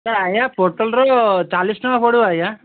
ଆଜ୍ଞା ଆଜ୍ଞା ପୋଟଲ୍ ତ ଚାଲିଶ ଟଙ୍କା କୁଆଡ଼ୁ ଆଜ୍ଞା